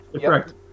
correct